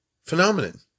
phenomenon